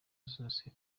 zose